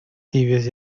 tibias